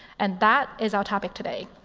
and that is our topic today.